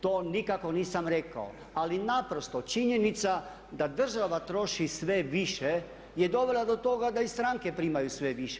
To nikako nisam rekao, ali naprosto činjenica da država troši sve više je dovela do toga da i stranke primaju sve više.